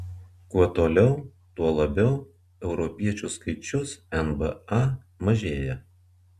kuo toliau tuo labiau europiečių skaičius nba mažėja